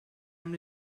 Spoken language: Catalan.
amb